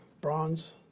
bronze